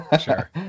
Sure